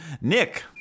nick